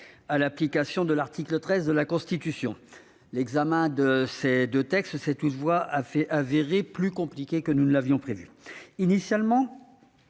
à l'application de l'article 13 de la Constitution. L'examen de ces deux textes s'est toutefois avéré plus compliqué que prévu. Initialement,